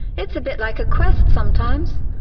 it's a bit like a quest, sometimes,